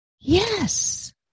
Yes